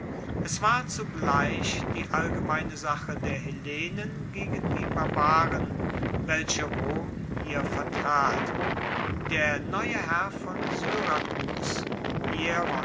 es war zugleich die allgemeine sache der hellenen gegen die barbaren welche rom hier vertrat der neue herr von syrakus